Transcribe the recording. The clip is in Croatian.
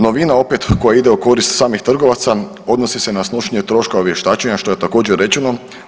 Novina opet koja ide u korist samih trgovaca odnosi se na snošenje troškova vještačenja što je također rečeno.